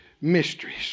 mysteries